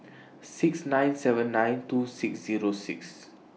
six nine seven nine two six Zero six